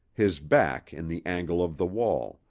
his back in the angle of the wall,